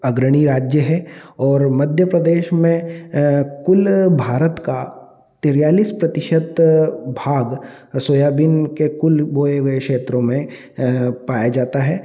अग्रणी राज्य है और मध्य प्रदेश में कुल भारत का तिरालिस प्रतिशत भाग सोयाबीन के कुल बोये हुए क्षेत्रो में पाया जाता है